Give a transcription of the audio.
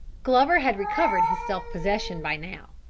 glover had recovered his self-possession by now.